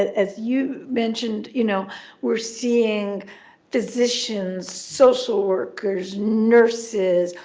as you mentioned, you know we're seeing physicians, social workers, nurses,